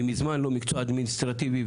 וממזמן לא עבודה אדמיניסטרטיבי.